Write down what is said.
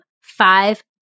five